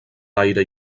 l’aire